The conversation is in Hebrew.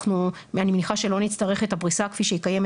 אני מניחה שלא נצטרך את הפריסה כפי שהיא קיימת